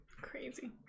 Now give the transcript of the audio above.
crazy